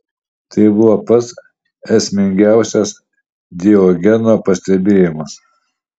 tai buvo pats esmingiausias diogeno pastebėjimas